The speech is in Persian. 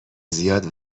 زیاد